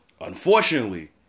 Unfortunately